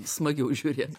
smagiau žiūrėt